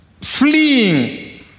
fleeing